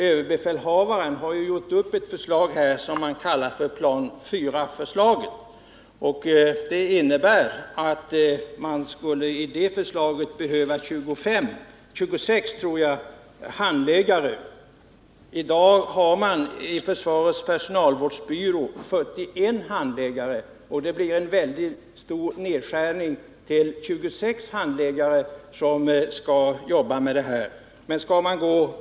Överbefälhavaren har gjort upp förslag som han kallar för Plan 4-förslaget. Enligt det förslaget skulle det behövas 26 handläggare. I dag har försvarets personalvårdsbyrå 41 handläggare. Det blir alltså fråga om en mycket kraftig nedskärning till de 26 handläggare som skall arbeta med dessa frågor.